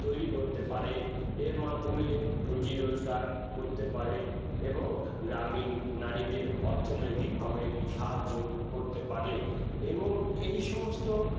তৈরি করতে পারে এর মাধ্যমে রুজি রোজগার করতে পারে এবং গ্রামীণ নারীদের অর্থনৈতিকভাবে সাহায্য করতে পারে এবং এই সমস্ত